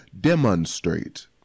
demonstrate